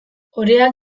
oreak